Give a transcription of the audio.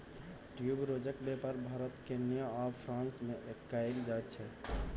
ट्यूबरोजक बेपार भारत केन्या आ फ्रांस मे कएल जाइत छै